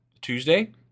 Tuesday